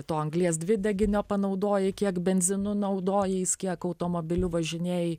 to anglies dvideginio panaudojai kiek benzinu naudojais kiek automobiliu važinėjai